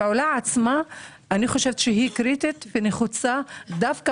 הפעולה עצמה אני חושבת שהיא קריטית ונחוצה דווקא